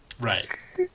Right